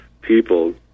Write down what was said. people